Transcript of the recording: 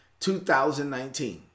2019